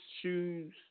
shoes